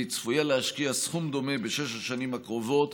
והיא צפויה להשקיע סכום דומה בשש השנים הקרובות,